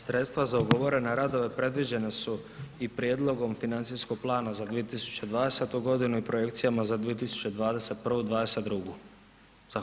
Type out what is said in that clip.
Sredstva za ugovorene radove predviđene su i prijedlogom financijskog plana za 2020. i projekcijama za 2021., 2022.